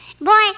Boy